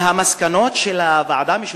מהמסקנות של הוועדה המשותפת: